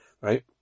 right